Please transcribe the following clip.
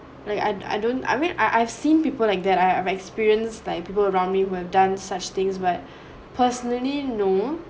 like I I don't I mean I I've seen people like that I have experienced like people around me who have done such things but personally no